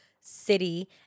city